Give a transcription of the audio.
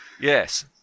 Yes